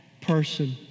person